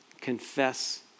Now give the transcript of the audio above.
Confess